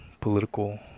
political